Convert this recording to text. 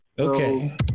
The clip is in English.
Okay